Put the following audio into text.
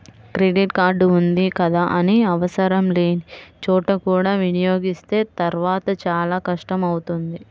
credit card ఉంది కదా అని ఆవసరం లేని చోట కూడా వినియోగిస్తే తర్వాత చాలా కష్టం అవుతుంది